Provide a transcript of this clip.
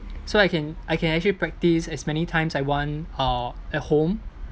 so I can I can actually practise as many times I want uh at home